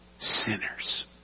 sinners